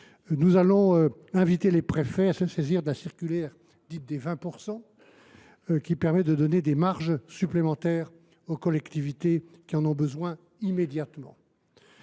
Nous inviterons les préfets à se saisir de la circulaire dite des 20 %, afin de donner des marges supplémentaires aux collectivités territoriales qui en ont besoin immédiatement.